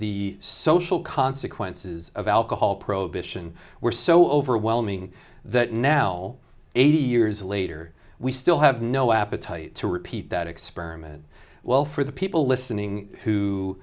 the social consequences of alcohol prohibition were so overwhelming that now eighty years later we still have no appetite to repeat that experiment well for the people listening who